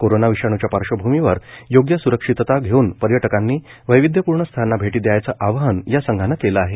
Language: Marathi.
कोरोना विषाणूच्या पार्श्वभूमीवर योग्य स्रक्षितता घेऊन पर्यटकांनी वैविध्यपूर्ण स्थळांना भेटी द्यायचं आवाहन या संघानं केलं आहे